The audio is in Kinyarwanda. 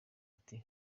ati